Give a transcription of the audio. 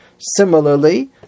Similarly